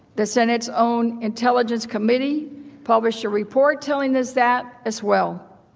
the senate's own intelligence committee published a report telling us that as well.